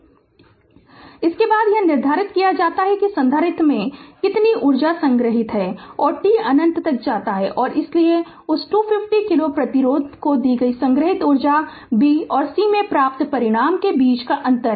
Refer Slide Time 2535 इसके बाद यह निर्धारित किया जाता है कि संधारित्र में कितनी ऊर्जा संग्रहीत है और t अनंत तक जाती है और इसलिए कि उस 250 किलो प्रतिरोधक को दी गई संग्रहीत ऊर्जा b और c में प्राप्त परिणाम के बीच का अंतर है